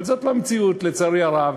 אבל זאת לא המציאות, לצערי הרב.